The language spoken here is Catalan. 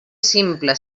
simple